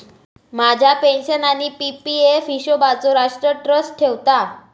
माझ्या पेन्शन आणि P P F हिशोबचो राष्ट्र ट्रस्ट ठेवता